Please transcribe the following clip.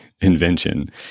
invention